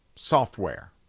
software